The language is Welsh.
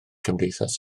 cymdeithas